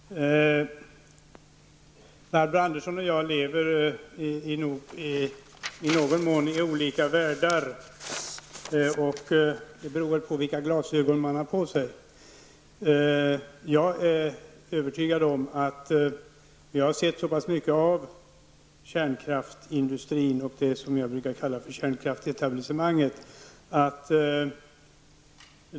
Herr talman! Barbro Andersson och jag lever i någon mån i olika världar. Det beror väl på vilka glasögon man har på sig. Jag har sett mycket av kärnkraftsindustrin och det jag brukar kalla kärnkraftsetablissemanget.